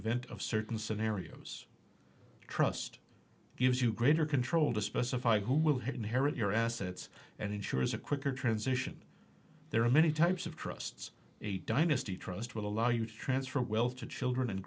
event of certain scenarios trust gives you greater control to specify who will have inherent your assets and ensures a quicker transition there are many types of trusts a dynasty trust will allow you to transfer wealth to children and